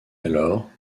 alors